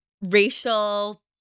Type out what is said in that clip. racial